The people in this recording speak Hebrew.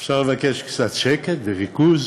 אפשר לבקש קצת שקט וריכוז?